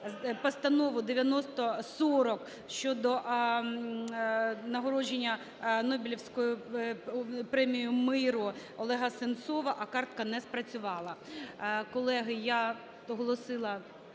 Постанову 9040 щодо нагородження Нобелівської премією миру Олега Сенцова, а картка не спрацювала.